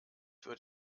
wird